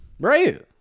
Right